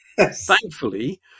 Thankfully